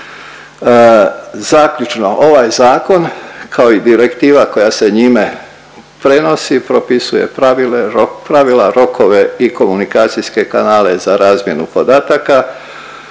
Zaključno ovaj zakon kao i direktiva koja se njime prenosi propisuje pravila, rokove i komunikacijske kanale za razmjenu podataka.